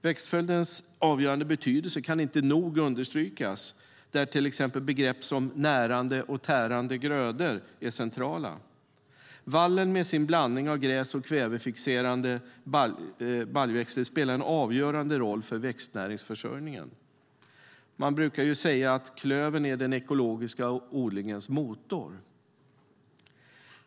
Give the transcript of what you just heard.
Växtföljdens avgörande betydelse kan inte nog understrykas där till exempel begrepp som närande och tärande grödor är centrala. Vallen med sin blandning av gräs och kvävefixerande baljväxter spelar en avgörande roll för växtnäringsförsörjningen. Man brukar säga att klövern är den ekologiska odlingens motor.